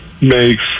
makes